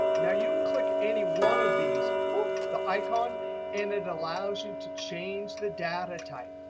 now, you can click any one of these but the icon and it allows you to change the data type.